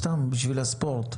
סתם, בשביל הספורט.